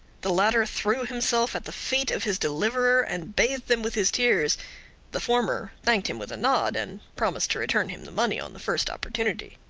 the latter threw himself at the feet of his deliverer, and bathed them with his tears the former thanked him with a nod, and promised to return him the money on the first opportunity.